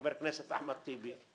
חבר הכנסת אחמד טיבי,